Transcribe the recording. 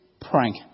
prank